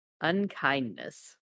Unkindness